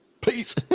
Peace